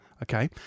Okay